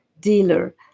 dealer